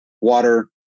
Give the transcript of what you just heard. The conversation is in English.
water